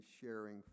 sharing